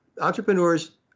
Entrepreneurs